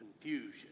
confusion